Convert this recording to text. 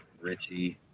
Richie